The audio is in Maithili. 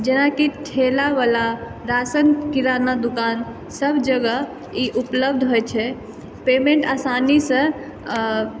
जेनाकि ठेलावला राशन किराना दोकान सब जगह ई उपलब्ध होइ छै पेमेंट आसानीसँ